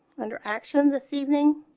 under action, this evening,